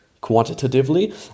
quantitatively